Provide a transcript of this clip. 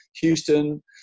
Houston